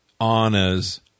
Anna's